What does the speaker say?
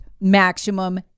maximum